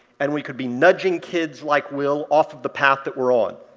and we could be nudging kids like will off of the path that we're on.